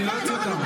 אני לא אוציא אותם.